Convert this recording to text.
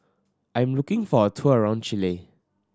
I am looking for a tour around Chile